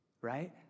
Right